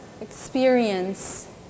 experience